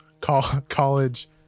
college